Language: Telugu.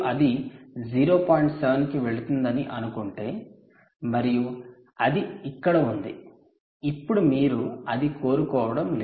7 కి వెళుతుందని అనుకుంటే మరియు అది ఇక్కడ ఉంది ఇప్పుడు మీరు అది కోరుకోవడం లేదు